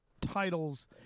titles